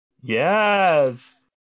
Yes